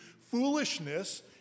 foolishness